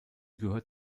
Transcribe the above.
gehört